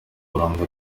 karuranga